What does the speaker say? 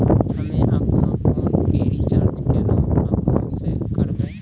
हम्मे आपनौ फोन के रीचार्ज केना आपनौ से करवै?